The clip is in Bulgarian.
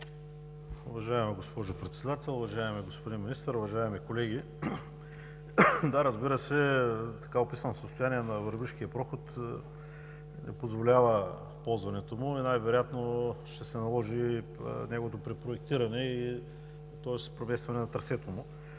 Уважаема госпожо Председател, уважаеми господин Министър, уважаеми колеги! Да, разбира се, така описаното състояние на Върбишкия проход, позволява ползването му, и най-вероятно ще се наложи неговото препроектиране и провесване на трасето му.